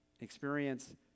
experience